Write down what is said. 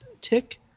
tick